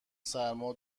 سرما